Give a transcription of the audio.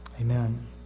amen